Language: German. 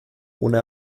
ohne